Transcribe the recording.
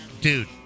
Dude